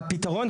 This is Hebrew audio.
הפתרון,